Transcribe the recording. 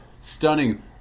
stunning